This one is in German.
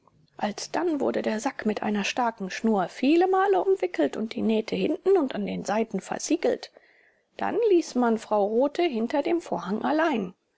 alsdann wurde der sack mit einer starken schnur viele male umwickelt und die nähte hinten und an den seiten versiegelt dann ließ man frau rothe hinter dem vorhang allein